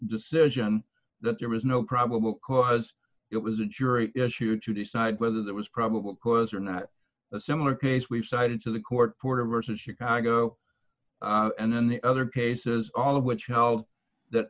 decision that there was no probable cause it was a jury issue to decide whether there was probable cause or not a similar case we've cited to the court for versus chicago and in the other cases all of which held that